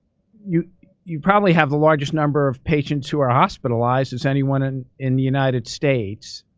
you you probably have the largest number of patients who are hospitalized as anyone and in the united states.